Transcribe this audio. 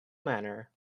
manner